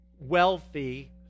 wealthy